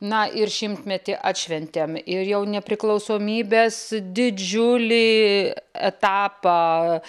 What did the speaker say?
na ir šimtmetį atšventėm ir jau nepriklausomybės didžiulį etapą